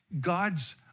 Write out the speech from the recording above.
God's